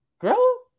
girl